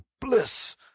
bliss